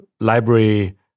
library